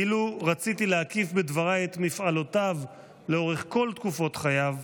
אילו רציתי להקיף בדבריי את מפעלותיו לאורך כל תקופת חייו,